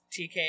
TK